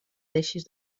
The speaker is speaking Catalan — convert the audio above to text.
deixes